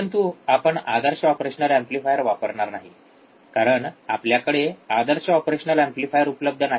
परंतु आपण आदर्श ऑपरेशनल एम्पलीफायर वापरणार नाही कारण आपल्याकडे आदर्श ऑपरेशनल एम्पलीफायर उपलब्ध नाही